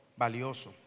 valioso